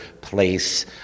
place